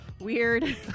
Weird